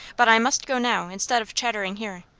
but i must go now, instead of chattering here.